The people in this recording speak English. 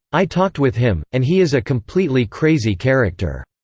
i talked with him, and he is a completely crazy character.